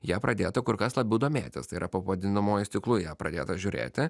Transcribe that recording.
ja pradėta kur kas labiau domėtis tai yra po padidinamuoju stiklu į ją pradėta žiūrėti